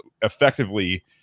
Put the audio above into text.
effectively